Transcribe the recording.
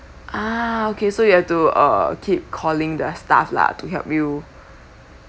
ah okay so you've to uh keep calling the staff lah to help you